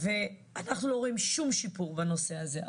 ואנחנו לא רואים שום שיפור בנושא הזה.